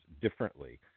differently